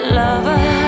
lover